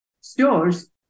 stores